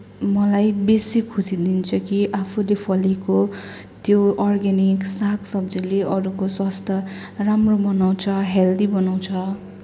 मलाई बेसी खुसी दिन्छ कि आफूले फलेको त्यो अर्ग्यानिक सागसब्जीले अरूको स्वास्थ्य राम्रो बनाउँछ हेल्दी बनाउँछ